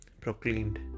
proclaimed